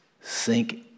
sink